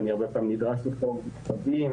ואני הרבה פעמים נדרש לכתוב מכתבים,